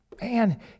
man